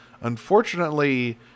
Unfortunately